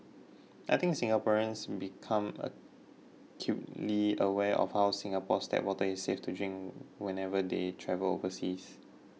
I think Singaporeans become acutely aware of how Singapore's tap water is safe to drink whenever they travel overseas